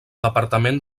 departament